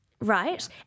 right